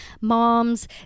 moms